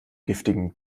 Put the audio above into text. giftigen